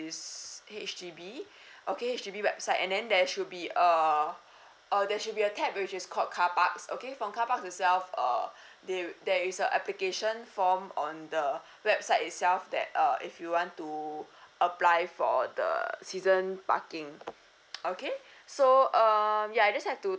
is H_D_B okay H_D_B website and then there should be a uh there should be a tab which is called carparks okay from carparks itself uh there'll there is a application form on the website itself that uh if you want to apply for the season parking okay so um ya you just have to